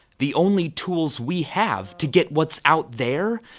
the only tools we have to get what's out there